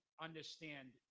understand